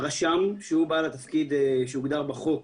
הרשם שהוא בעל התפקיד שהוגדר בחוק,